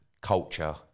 culture